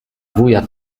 wuja